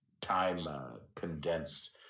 time-condensed